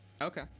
Okay